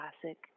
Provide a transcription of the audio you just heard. classic